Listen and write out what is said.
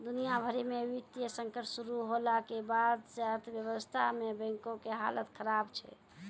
दुनिया भरि मे वित्तीय संकट शुरू होला के बाद से अर्थव्यवस्था मे बैंको के हालत खराब छै